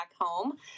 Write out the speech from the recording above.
home